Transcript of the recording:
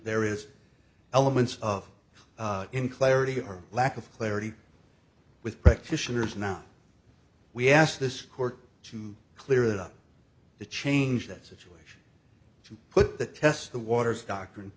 there is elements of in clarity or lack of clarity with practitioners not we asked this court to clear it up to change that situation to put the test the waters doctrine